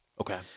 Okay